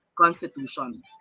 Constitution